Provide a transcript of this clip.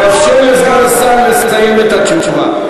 תאפשר לסגן השר לסיים את התשובה.